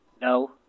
No